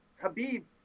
Habib